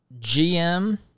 GM